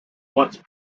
once